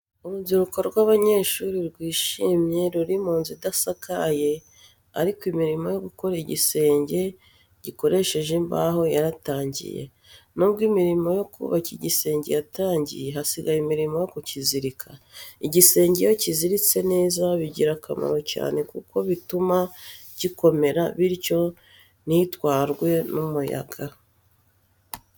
Urubyiruko rw'abanyeshuri rwishimye ruri mu nzu idasakaye ariko imirimo yo gukora igisenge gikoresheje imbaho yaratangiye. N'ubwo imirimo yo kubaka igisenge yatangiye, hasigaye imirimo yo kukizirika. Igisenge iyo kiziritse neza bigira akamaro cyane kuko bituma gikomera bityo ntigitwarwe n'umuyaga.